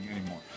anymore